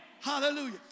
Hallelujah